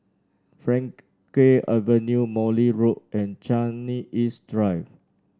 Frankel Avenue Morley Road and Changi East Drive